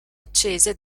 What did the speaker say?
accese